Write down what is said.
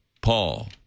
Paul